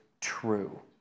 true